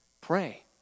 pray